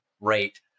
rate